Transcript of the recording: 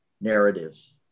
narratives